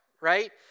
right